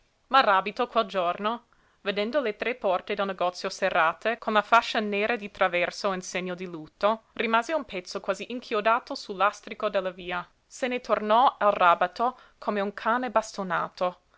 assassini maràbito quel giorno vedendo le tre porte del negozio serrate con la fascia nera di traverso in segno di lutto rimase un pezzo quasi inchiodato sul lastrico della via se ne tornò al ràbato come un cane bastonato